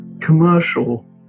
commercial